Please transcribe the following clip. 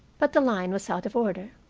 but the line was out of order.